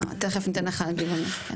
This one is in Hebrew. תכף ניתן לך להגיב, אמיר.